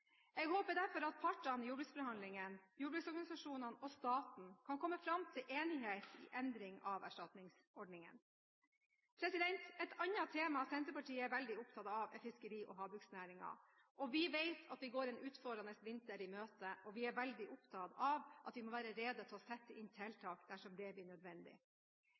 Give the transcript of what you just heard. Jeg håper derfor at partene i jordbruksforhandlingene, jordbruksorganisasjonene og staten kan komme fram til enighet om endring i erstatningsordningene. Et annet tema Senterpartiet er veldig opptatt av, er fiskeri- og havbruksnæringen. Vi vet at vi går en utfordrende vinter i møte, og vi er veldig opptatt av å være rede til å sette inn tiltak dersom det blir nødvendig. Arbeidet med den nye sjømatmeldingen er i gang, og vi